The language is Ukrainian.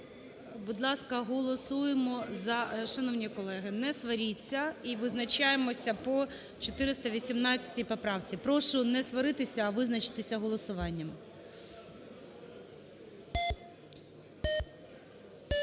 Будь ласка, голосуємо… Шановні колеги, не сваріться. І визначаємося по 418 поправці. Прошу не сваритися, а визначитися голосуванням. 17:12:30